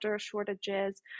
shortages